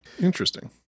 Interesting